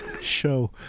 show